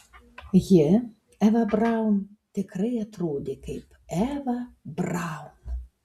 ji eva braun tikrai atrodė kaip eva braun